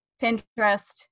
Pinterest